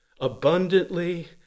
abundantly